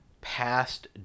past